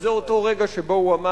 וזה היה אותו רגע, שהוא אמר: